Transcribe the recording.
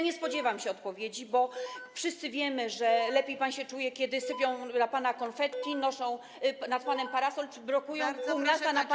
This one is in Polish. Nie spodziewam się odpowiedzi, bo wszyscy wiemy, że lepiej pan się czuje, kiedy sypią na pana konfetti, noszą nad panem parasol czy blokują pół miasta na pana przyjazd.